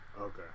Okay